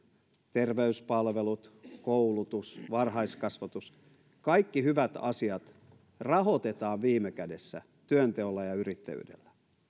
terveyspalvelut koulutus varhaiskasvatus kaikki hyvät asiat rahoitetaan viime kädessä työnteolla ja yrittäjyydellä